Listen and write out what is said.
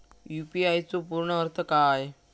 UPI चो पूर्ण अर्थ काय?